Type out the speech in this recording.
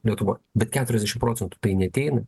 lietuva bet keturiasdešimt procentų tai neateina